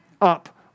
up